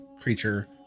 creature